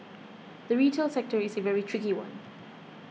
the retail sector is a very tricky one